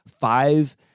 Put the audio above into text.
five